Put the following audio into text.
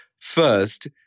First